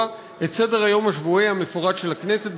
את סדר-היום השבועי המפורט של הכנסת,